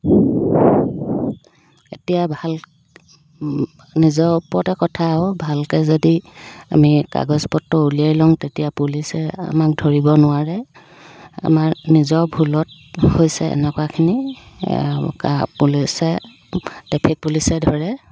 এতিয়া ভাল নিজৰ ওপৰতে কথা আৰু ভালকৈ যদি আমি কাগজপত্ৰ উলিয়াই লওঁ তেতিয়া পুলিচে আমাক ধৰিব নোৱাৰে আমাৰ নিজৰ ভুলত হৈছে এনেকুৱাখিনি এনেকুৱা পুলিচে ট্ৰেফিক পুলিচে ধৰে